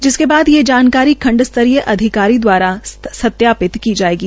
जिसके बाद ये जानकारी खंड स्तरीय अधिकारी दवारा सत्यापित की जायेगी